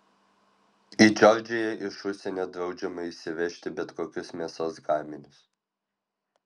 į džordžiją iš užsienio draudžiama įsivežti bet kokius mėsos gaminius